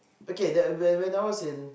okay that when when I was in